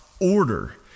order